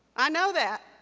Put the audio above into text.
i know that,